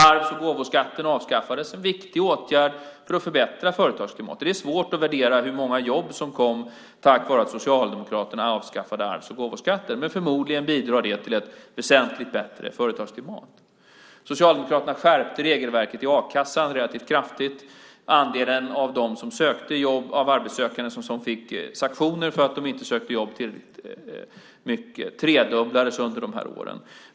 Arvs och gåvoskatten avskaffades, en viktig åtgärd för att förbättra företagsklimatet. Det är svårt att värdera hur många jobb som kom tack vare att Socialdemokraterna avskaffade arvs och gåvoskatten, men förmodligen bidrog det till ett väsentligt bättre företagsklimat. Socialdemokraterna skärpte regelverket i a-kassan relativt kraftigt. Andelen arbetssökande som fick sanktioner för att de inte sökte jobb tillräckligt aktivt tredubblades under de här åren.